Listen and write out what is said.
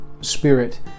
Spirit